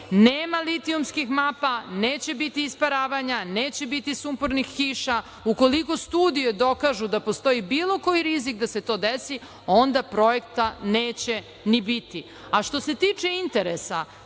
Nema litijumskim mapa, neće biti isparavanja, neće biti sumpornih kiša. Ukoliko studije dokažu da postoji bilo koji rizik da se to desi, onda projekta neće ni biti.A što se tiče interesa,